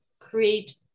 create